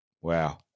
Wow